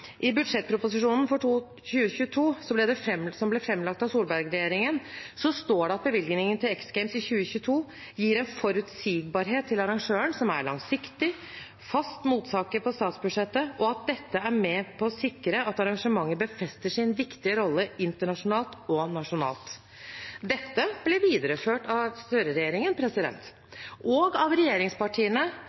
I budsjettproposisjonen for 2022, som ble framlagt av Solberg-regjeringen, står det at bevilgningen til X Games i 2022 gir en forutsigbarhet til arrangøren som langsiktig fast mottaker på statsbudsjettet, og at dette er med på å sikre at arrangementet befester sin viktige rolle internasjonalt og nasjonalt. Dette ble videreført av Støre-regjeringen, og av regjeringspartiene